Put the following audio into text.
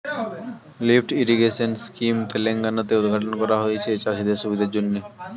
lift irrigation scheme Telangana তে উদ্ঘাটন করা হয়েছে চাষিদের সুবিধার জন্যে